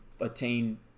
attain